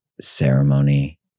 ceremony